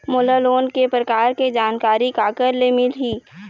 मोला लोन के प्रकार के जानकारी काकर ले मिल ही?